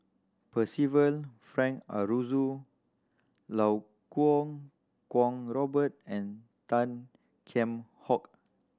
Percival Frank Aroozoo Iau Kuo Kwong Robert and Tan Kheam Hock